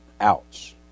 Ouch